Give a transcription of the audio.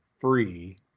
free